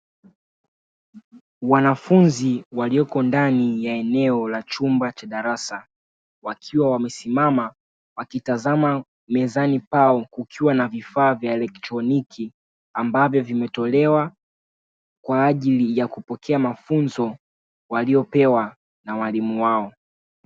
Wanafunzi walioko ndani ya eneo la chumba cha darasa, wakiwa wamesimama wakitazama mezani pao kukiwa na vifaa vya elektroniki, ambavyo vimetolewa kwa ajili ya kupokea mafunzo waliyopewa na walimu wao.